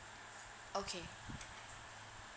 okay